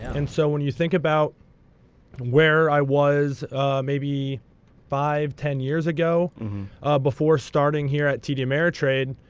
and so when you think about where i was maybe five, ten years ago before starting here at td ameritrade,